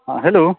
हँ हेलो